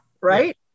right